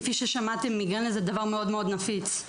כפי ששמעתם, מיגרנה זה דבר מאוד-מאוד נפוץ.